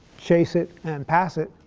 chase it, and pass it,